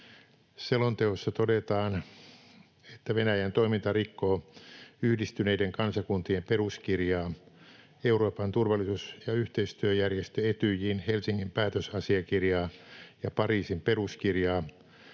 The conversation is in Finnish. Selonteossa todetaan, että Venäjän toiminta rikkoo Yhdistyneiden kansakuntien peruskirjaa, Euroopan turvallisuus- ja yhteistyöjärjestö Etyjin Helsingin päätösasiakirjaa ja Pariisin peruskirjaa